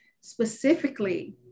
specifically